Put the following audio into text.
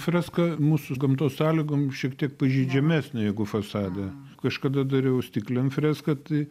freska mūsų gamtos sąlygom šiek tiek pažeidžiamesnė jeigu fasade kažkada dariau stikliam freską tai